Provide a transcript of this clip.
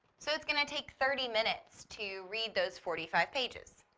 so it's going to take thirty minutes to read those forty-five pages.